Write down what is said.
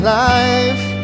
life